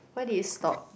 why did it stop